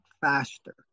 faster